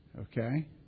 Okay